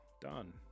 Done